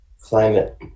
climate